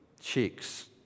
cheeks